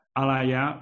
alaya